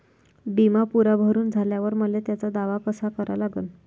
बिमा पुरा भरून झाल्यावर मले त्याचा दावा कसा करा लागन?